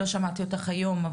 לא שמעתי אותך היום,